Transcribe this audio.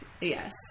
Yes